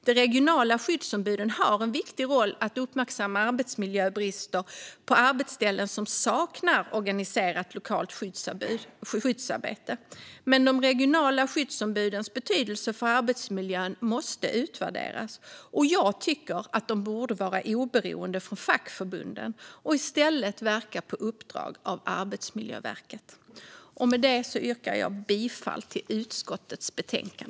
De regionala skyddsombuden har en viktig roll i att uppmärksamma arbetsmiljörisker på arbetsplatser som saknar ett organiserat lokalt skyddsarbete. Men de regionala skyddsombudens betydelse för arbetsmiljön måste utvärderas, och jag tycker att de borde vara oberoende från fackförbunden och i stället verka på uppdrag av Arbetsmiljöverket. Med det yrkar jag bifall till utskottets förslag.